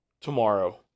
tomorrow